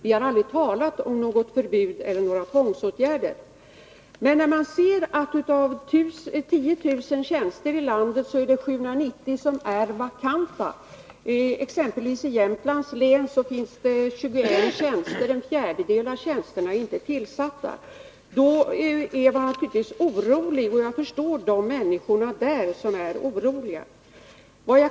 Vi har aldrig talat om något förbud eller några tvångsåtgärder. Av 10 000 tjänster i landet är 790 vakanta. I exempelvis Jämtlands län finns det 21 vakanta tjänster. Då är jag naturligtvis orolig, och jag förstår de människor där som är oroliga.